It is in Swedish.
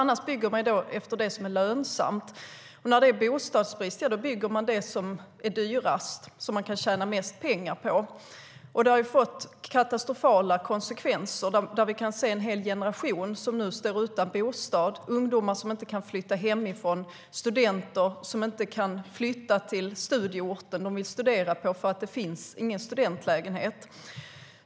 Annars bygger man sådant som är lönsamt. När det är bostadsbrist bygger man det som man kan tjäna mest pengar på, och det har ju fått katastrofala konsekvenser. Det är en hel generation som nu står utan bostad. Det gäller ungdomar som inte kan flytta hemifrån eller studenter som inte kan flytta till studieorten därför att det inte finns några studentlägenheter.